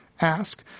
ask